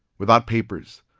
without papers,